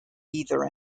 either